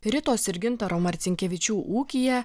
ritos ir gintaro marcinkevičių ūkyje